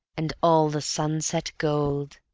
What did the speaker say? and all the sunset gold